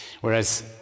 Whereas